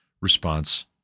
response